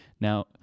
Now